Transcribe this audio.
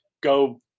Go